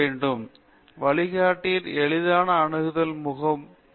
பேராசிரியர் பிரதாப் ஹரிதாஸ் வழிகாட்டியின் எளிதான அணுகல் மிகவும் முக்கியமானது